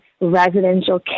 residential